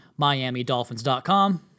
MiamiDolphins.com